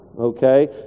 okay